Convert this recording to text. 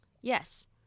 yes